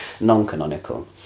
non-canonical